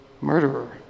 murderer